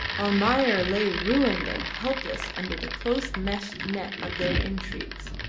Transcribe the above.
almayer lay ruined and helpless under the close-meshed net of their intrigues,